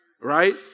Right